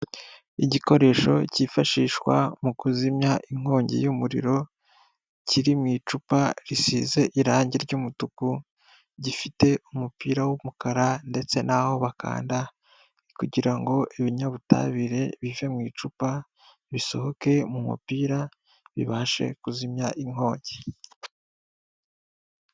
Igikoresho cyifashishwa mu kuzimya inkongi y'umuriro, kiri mu icupa risize irangi ry'umutuku, gifite umupira w'umukara, ndetse n'aho bakanda kugira ngo ibinyabutabire bive mu icupa, bisohoke mu mupira, bibashe kuzimya inkongi.